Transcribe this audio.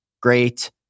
great